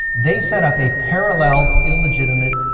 they set up a parallel, illegitimate,